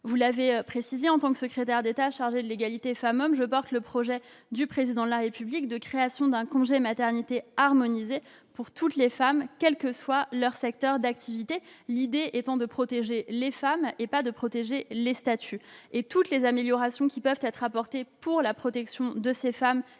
Vous l'avez dit, en tant que secrétaire d'État chargée de l'égalité entre les femmes et les hommes, je porte le projet du Président de la République de création d'un congé de maternité harmonisé pour toutes les femmes, quel que soit leur secteur d'activité, l'idée étant de protéger les femmes et non pas les statuts. Toutes les améliorations qui peuvent être apportées pour la protection de ces femmes